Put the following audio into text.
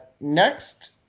Next